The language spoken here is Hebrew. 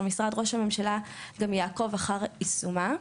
משרד ראש הממשלה גם יעקוב אחר יישומה.